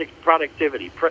productivity